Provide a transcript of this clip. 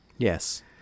Yes